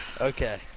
Okay